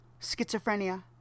Schizophrenia